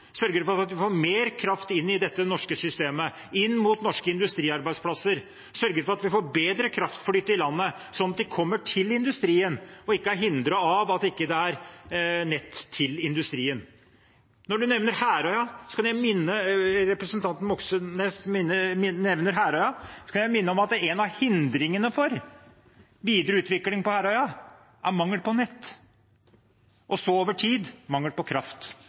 for at vi får mer kraft inn i dette norske systemet, inn mot norske industriarbeidsplasser, og sørge for at vi får bedre kraftflyt i landet sånn at det kommer til industrien, og ikke blir hindret av at det ikke er nett til industrien. Når representanten Moxnes nevner Herøya, kan jeg minne om at en av hindringene for videre utvikling på Herøya er mangel på nett, og så over tid mangel på kraft.